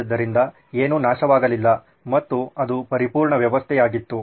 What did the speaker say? ಅದರಿಂದ ಏನೂ ನಾಶವಾಗಲಿಲ್ಲ ಮತ್ತು ಅದು ಪರಿಪೂರ್ಣ ವ್ಯವಸ್ಥೆಯಾಗಿತ್ತು